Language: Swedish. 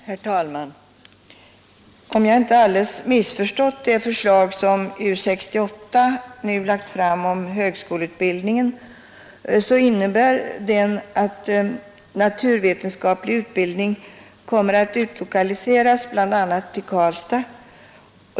Herr talman! Om jag inte alldeles missförstått det förslag som U 68 nu framlagt om högskoleutbildningen, innebär det att den naturvetenskapliga utbildningen kommer att utlokaliseras bl.a. till Karlstad.